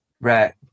right